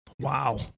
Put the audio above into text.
Wow